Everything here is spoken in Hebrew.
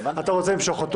אתה רוצה למשוך את